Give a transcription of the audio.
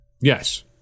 yes